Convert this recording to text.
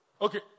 Okay